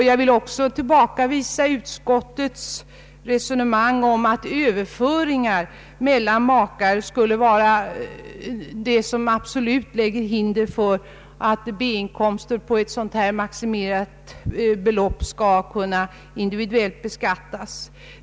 Jag vill tillbakavisa utskottets resonemang om att överföringar mellan makar absolut skulle lägga hinder i vägen för att B-inkomster upp till ett maximerat belopp skall kunna individuellt beskattas.